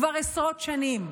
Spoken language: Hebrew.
כבר עשרות שנים: